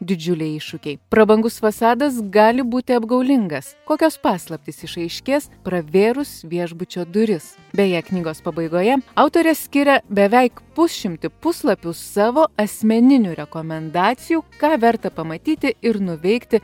didžiuliai iššūkiai prabangus fasadas gali būti apgaulingas kokios paslaptys išaiškės pravėrus viešbučio duris beje knygos pabaigoje autorė skiria beveik pusšimtį puslapių savo asmeninių rekomendacijų ką verta pamatyti ir nuveikti